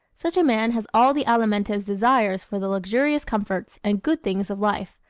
such a man has all the alimentive's desires for the luxurious comforts and good things of life,